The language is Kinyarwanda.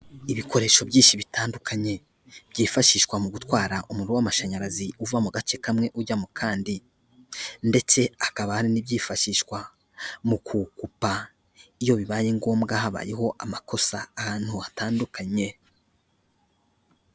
Ibikoresho byinshi bitandukanye byifashishwa mu gutwara umuriro w'amashanyarazi uva mu gace kamwe ujya mu kandi ndetse hakaba hari n'ibyifashishwa mu kuwukupa, iyo bibaye ngombwa habayeho amakosa ahantu hatandukanye.